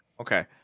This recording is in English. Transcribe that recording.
okay